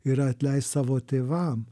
yra atleist savo tėvam